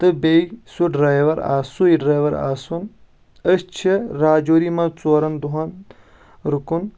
تہٕ بیٚیہِ سُہ ڈرایور آسُن سُے ڈرایور آسُن أسۍ چھِ راجوری منٛز ژورن دۄہن رُکُن